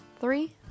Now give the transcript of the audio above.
three